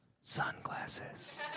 sunglasses